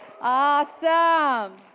Awesome